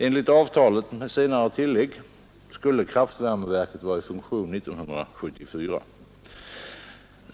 Enligt avtalet med senare tillägg skulle kraftvärmeverket vara i funktion senast 1974.